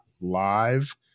Live